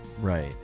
Right